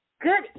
Good